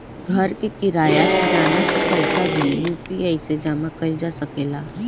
घर के किराया, किराना के पइसा भी यु.पी.आई से जामा कईल जा सकेला